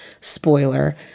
spoiler